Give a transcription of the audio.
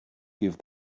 give